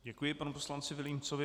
Děkuji panu poslanci Vilímcovi.